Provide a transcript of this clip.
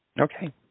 okay